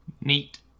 neat